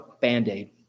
band-aid